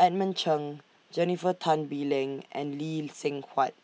Edmund Cheng Jennifer Tan Bee Leng and Lee Seng Huat